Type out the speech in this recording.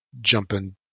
jumping